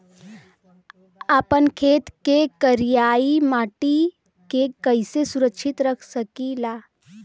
आपन खेत के करियाई माटी के कइसे सुरक्षित रख सकी ला?